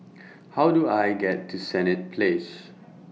How Do I get to Senett Place